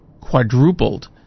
quadrupled